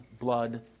blood